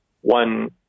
One